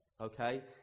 okay